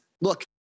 look